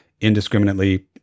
indiscriminately